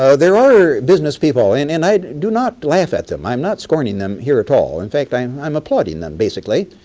ah there are business people and i do not laugh at them. i am not scorning them here at all, in fact i'm i'm applauding them basically,